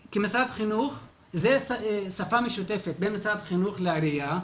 זה שפה משותפת בין משרד החינוך לעירייה,